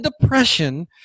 depression